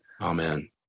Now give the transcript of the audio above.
Amen